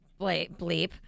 bleep